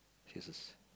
Jesus